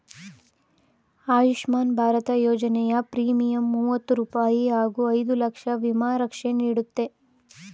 ಆಯುಷ್ಮಾನ್ ಭಾರತ ಯೋಜನೆಯ ಪ್ರೀಮಿಯಂ ಮೂವತ್ತು ರೂಪಾಯಿ ಹಾಗೂ ಐದು ಲಕ್ಷ ವಿಮಾ ರಕ್ಷೆ ನೀಡುತ್ತೆ